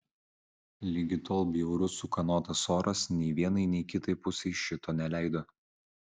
ligi tol bjaurus ūkanotas oras nei vienai nei kitai pusei šito neleido